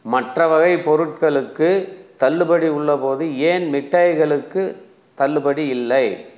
மற்ற வகை பொருட்களுக்கு தள்ளுபடி உள்ளபோது ஏன் மிட்டாய்களுக்கு தள்ளுபடி இல்லை